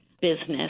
business